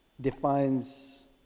defines